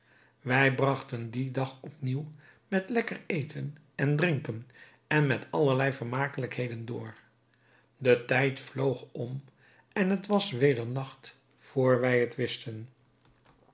wij bragten dien dag op nieuw met lekker eten en drinken en met allerlei vermakelijkheden door de tijd vloog om en het was weder nacht voor wij het wisten